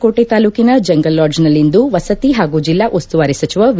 ಕೋಟೆ ತಾಲೂಕಿನ ಜಂಗಲ್ ಲಾಡ್ಜ್ನಲ್ಲಿಂದು ವಸತಿ ಹಾಗೂ ಜಿಲ್ಲಾ ಉಸ್ತುವಾರಿ ಸಚಿವ ವಿ